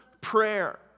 prayer